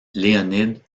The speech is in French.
leonid